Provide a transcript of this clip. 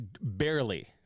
barely